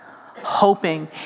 hoping